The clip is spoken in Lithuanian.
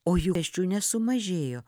o jų esčių nesumažėjo